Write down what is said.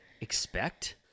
expect